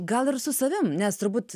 gal ir su savim nes turbūt